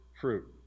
fruit